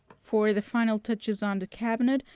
for the final touches on the cabinet,